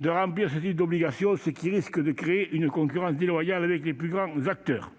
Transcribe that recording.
de remplir ce type d'obligation, ce qui risque de créer une concurrence déloyale avec les plus grands acteurs.